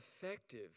effective